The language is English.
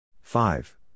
Five